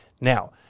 Now